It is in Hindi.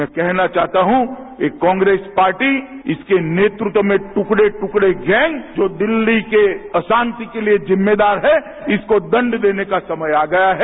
मैं कहना चाहता हूं कि कांग्रेस पार्टी जिसके नेतृत्वी में ट्रकड़े ट्रकड़े गैंग जो दिल्लीक के अशांति के लिए जिम्मेसदार है इसको दण्ड देने का समय आ गया है